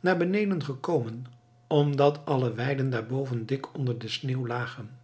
naar beneden gekomen omdat alle weiden daarboven dik onder de sneeuw lagen